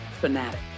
fanatic